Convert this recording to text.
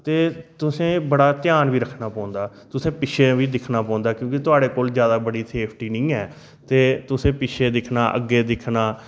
ते तुसें बड़ा ध्यान बी रखना पौंदा तुसें पिच्छे बी दिक्खना पौंदा क्योंकि थुआढ़े कोल ज्यादा बड्डी सेफ्टी नेईं ऐ ते तुसें पिच्छे दिक्खना अग्गे दिक्खना